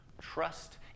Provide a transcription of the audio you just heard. Trust